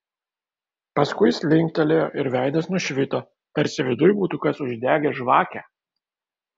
paskui jis linktelėjo ir veidas nušvito tarsi viduj būtų kas uždegęs žvakę